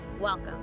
welcome